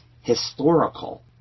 historical